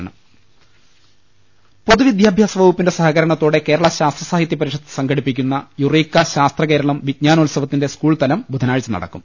രുട്ടിട്ട്ട്ട്ട്ട്ട്ട പൊതുവിദ്യാഭ്യാസ വകുപ്പിന്റെ സഹകരണത്തോടെ കേരള ശാസ്ത്ര സാഹിത്യ പരിഷത്ത് സംഘടിപ്പിക്കുന്ന യുറീക്ക ശാസ്ത്രകേരളം വിജ്ഞാ നോത്സവത്തിന്റെ സ്കൂൾ തലം ബുധനാഴ്ച നടക്കും